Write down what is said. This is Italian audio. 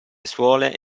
suole